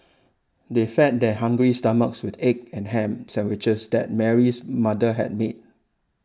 they fed their hungry stomachs with the egg and ham sandwiches that Mary's mother had made